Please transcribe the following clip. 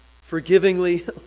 forgivingly